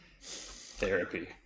Therapy